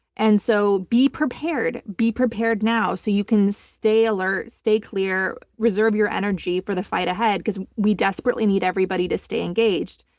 and so be prepared, be prepared now so you can stay alert, stay clear, reserve your energy for the fight ahead because we desperately need everybody to stay engaged.